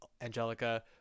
angelica